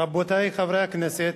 רבותי חברי הכנסת,